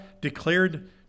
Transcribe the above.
declared